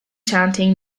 chanting